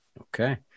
Okay